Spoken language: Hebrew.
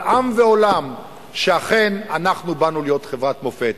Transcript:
עם ועולם שאכן אנחנו באנו להיות חברת מופת,